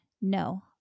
no